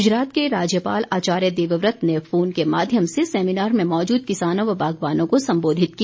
गुजरात के राज्यपाल आचार्य देवव्रत ने फोन के माध्यम से सेमिनार में मौजूद किसानों व बागवानों को संबोधित किया